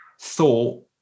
thought